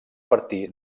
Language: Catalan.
partir